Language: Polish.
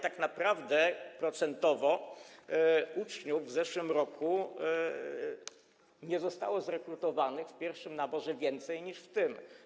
Tak naprawdę procentowo w zeszłym roku nie zostało zrekrutowanych w pierwszym naborze więcej uczniów niż w tym.